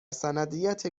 سندیت